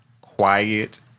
quiet